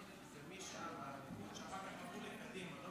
------ אני רק אתקן אותך --- אחר כך עברו לקדימה.